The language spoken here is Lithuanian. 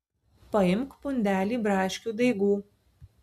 paimk pundelį braškių daigų